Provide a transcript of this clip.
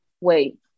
wait